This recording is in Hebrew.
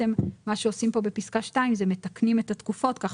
מה שעושים כאן בפסקה (2), מתקנים את התקופות כך